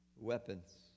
weapons